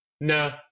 no